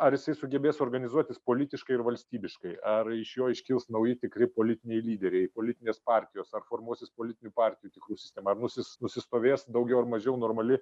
ar jisai sugebės organizuotis politiškai ir valstybiškai ar iš jo iškils nauji tikri politiniai lyderiai politinės partijos ar formuosis politinių partijų tikrų sistema ar nusis nusistovės daugiau ar mažiau normali